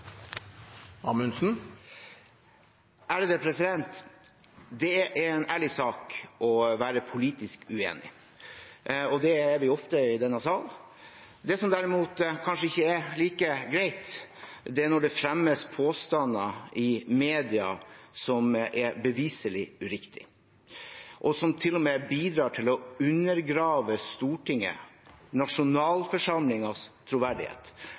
en ærlig sak å være politisk uenig. Det er vi ofte i denne sal. Det som derimot kanskje ikke er like greit, er når det fremmes påstander i media som er beviselig uriktige, og som til og med bidrar til å undergrave Stortingets, nasjonalforsamlingens, troverdighet.